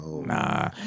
Nah